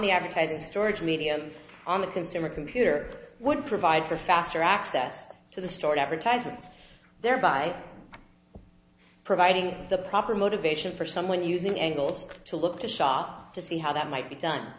the advertising storage medium on the consumer computer would provide for faster access to the stored advertisements thereby providing the proper motivation for someone using angles to look to shop to see how that might be done